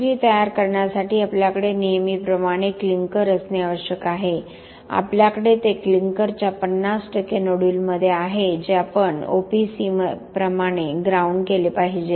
LC3 तयार करण्यासाठी आपल्याकडे नेहमीप्रमाणे क्लिंकर असणे आवश्यक आहे आपल्याकडे ते क्लिंकरच्या 50 टक्के नोड्यूलमध्ये आहे जे आम्ही OPC प्रमाणे ग्राउंड केले पाहिजे